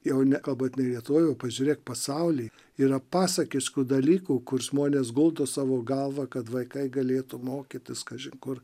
jau nekalbant ne lietuvoj p pažiūrėk pasauly yra pasakiškų dalykų kur žmonės guldo savo galvą kad vaikai galėtų mokytis kažin kur